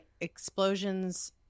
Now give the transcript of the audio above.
explosions